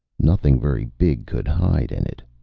nothing very big could hide in it,